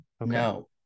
no